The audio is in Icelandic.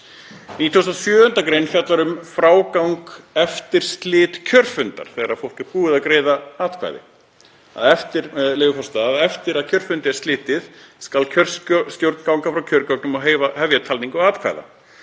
gr. 97. gr. fjallar um frágang eftir slit kjörfundar þegar fólk er búið að greiða atkvæði, með leyfi forseta: „Eftir að kjörfundi er slitið skal kjörstjórn ganga frá kjörgögnum og hefja talningu atkvæða.